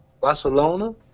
Barcelona